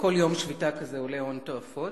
כל יום שביתה כזה עולה הון תועפות,